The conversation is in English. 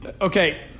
Okay